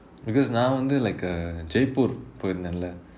because நா வந்து:naa vanthu like uh jaipur போயிருன்தேலே:poyirunthaelae